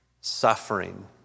suffering